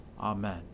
Amen